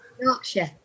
Yorkshire